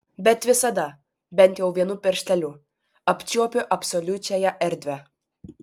bet visada bent jau vienu piršteliu apčiuopiu absoliučiąją erdvę